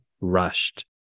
rushed